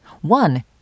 One